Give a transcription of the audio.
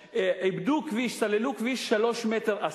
עיבדו כביש, סללו כביש, שלושה מטר אספלט,